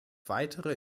weitere